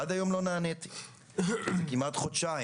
עד היום לא נעניתי וחלפו כמעט חודשיים.